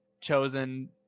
chosen